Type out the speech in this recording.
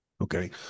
Okay